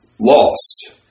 lost